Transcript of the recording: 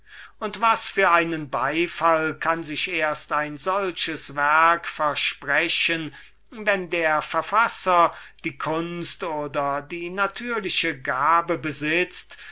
und was für einen beifall kann sich ein solches werk erst alsdenn versprechen wenn der verfasser die kunst oder die natürliche gabe besitzt